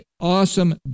awesome